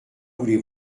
voulez